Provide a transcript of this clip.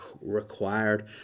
required